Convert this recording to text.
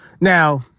Now